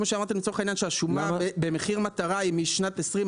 כמו שאמרתם שהשומה במחיר מטרה היא משנת 2020,